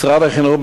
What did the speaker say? משרד החינוך,